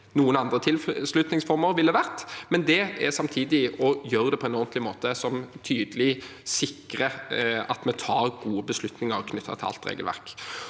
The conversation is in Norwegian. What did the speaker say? noen andre tilslutningsformer ville vært, men det er samtidig å gjøre det på en ordentlig måte, som tydelig sikrer at vi tar gode beslutninger knyttet til alt regelverk.